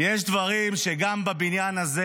יש דברים שגם בבניין הזה